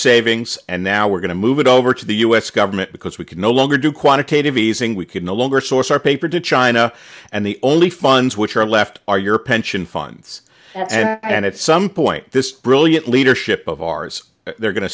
savings and now we're going to move it over to the u s government because we can no longer do quantitative easing we could no longer source our paper to china and the only funds which are left are your pension funds and at some point this brilliant leadership of ours they're going to